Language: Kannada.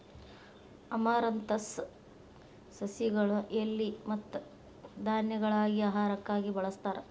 ಅಮರಂತಸ್ ಸಸಿಗಳ ಎಲಿ ಮತ್ತ ಧಾನ್ಯಗಳಾಗಿ ಆಹಾರಕ್ಕಾಗಿ ಬಳಸ್ತಾರ